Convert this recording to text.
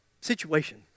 situation